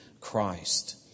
Christ